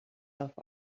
himself